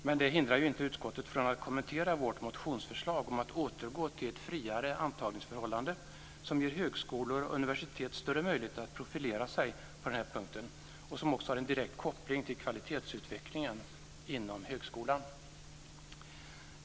Men det hindrar ju inte utskottet från att kommentera vårt motionsförslag om att återgå till ett friare antagningsförhållande som ger högskolor och universitet större möjlighet att profilera sig på den här punkten, vilket också har en direkt koppling till kvalitetsutvecklingen inom högskolan.